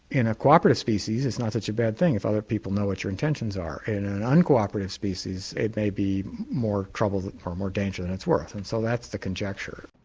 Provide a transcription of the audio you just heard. in a cooperative species it's not such a bad thing if other people know what your intentions are. in an uncooperative species it may be more trouble or more danger than it's worth, and so that's the conjecture.